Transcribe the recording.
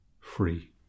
free